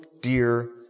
dear